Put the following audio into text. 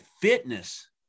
fitness